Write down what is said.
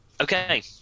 Okay